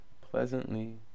pleasantly